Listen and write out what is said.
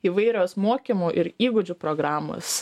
įvairios mokymų ir įgūdžių programos